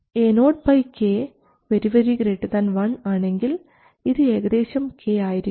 Aok 1 ആണെങ്കിൽ ഇത് ഏകദേശം k ആയിരിക്കും